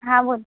हां बोल